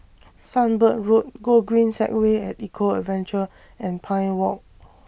Sunbird Road Gogreen Segway At Eco Adventure and Pine Walk